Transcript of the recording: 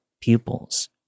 pupils